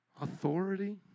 authority